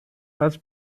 has